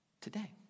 today